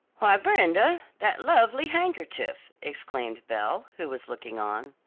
why, brenda, that lovely handkerchief! exclaimed belle, who was looking on.